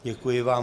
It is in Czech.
Děkuji vám.